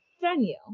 venue